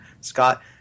Scott